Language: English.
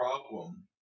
problem